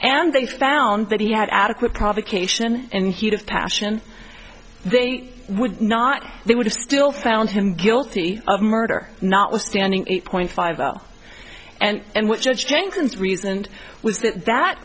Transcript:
and they found that he had adequate provocation and heat of passion they would not they would have still found him guilty of murder notwithstanding eight point five l and what judge jenkins reasoned was that that